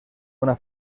una